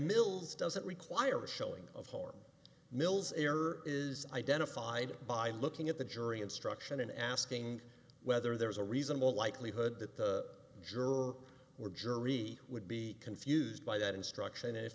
mils doesn't require a showing of harm mills error is identified by looking at the jury instruction and asking whether there is a reasonable likelihood that the jurors were jury would be confused by that instruction if